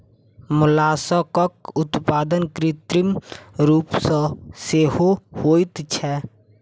मोलास्कक उत्पादन कृत्रिम रूप सॅ सेहो होइत छै